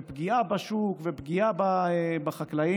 של פגיעה בשוק ופגיעה בחקלאים,